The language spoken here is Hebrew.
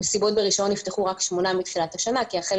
מתחילת השנה רק שמונה מסיבות ברישיון נפתחו כי החל